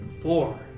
four